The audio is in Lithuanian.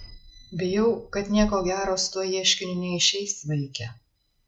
bijau kad nieko gero su tuo ieškiniu neišeis vaike